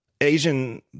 Asian